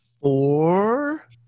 Four